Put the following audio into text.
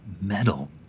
Metal